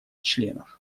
членов